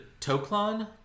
Toklon